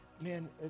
man